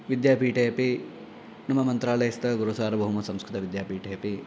विद्यापीठेपि मम मन्त्रालयस्य गुरुसार्वभौमः संस्कृत विद्यापीठेऽपि